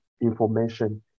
information